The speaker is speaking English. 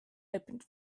open